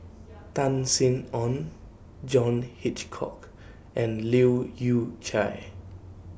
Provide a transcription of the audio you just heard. Tan Sin Aun John Hitchcock and Leu Yew Chye